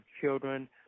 children